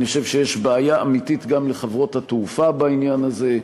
ואני חושב שיש בעיה אמיתית גם לחברות התעופה בעניין הזה.